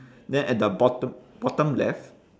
then at the bottom bottom left